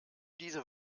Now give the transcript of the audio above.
diese